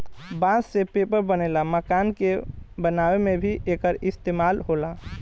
बांस से पेपर बनेला, मकान के बनावे में भी एकर इस्तेमाल होला